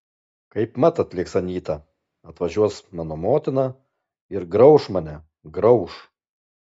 kaipmat atlėks anyta atvažiuos mano motina ir grauš mane grauš